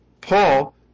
Paul